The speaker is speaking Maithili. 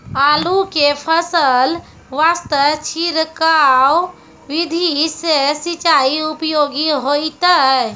आलू के फसल वास्ते छिड़काव विधि से सिंचाई उपयोगी होइतै?